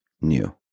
new